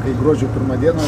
kai gruodžio pirmą dieną